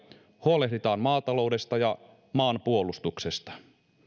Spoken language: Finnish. huolehditaan maataloudesta ja maanpuolustuksesta